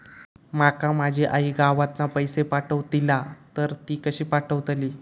माका माझी आई गावातना पैसे पाठवतीला तर ती कशी पाठवतली?